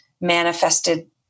manifested